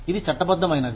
ఇది చట్టబద్ధమైనది